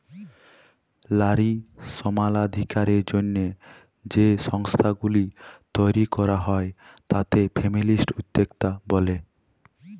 লারী সমালাধিকারের জ্যনহে যে সংস্থাগুলি তৈরি ক্যরা হ্যয় তাতে ফেমিলিস্ট উদ্যক্তা ব্যলে